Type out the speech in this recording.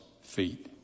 feet